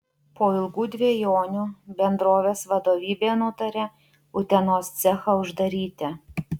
po ilgų dvejonių bendrovės vadovybė nutarė utenos cechą uždaryti